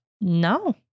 No